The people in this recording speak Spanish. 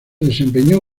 desempeñó